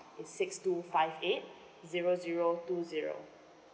it's six two five eight zero zero two zero